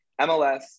MLS